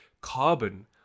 carbon